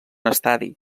estadi